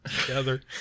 Together